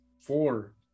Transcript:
Four